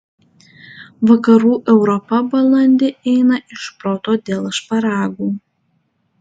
vakarų europa balandį eina iš proto dėl šparagų